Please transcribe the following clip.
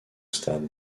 stade